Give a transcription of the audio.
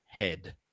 head